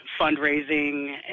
fundraising